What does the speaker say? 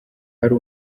hari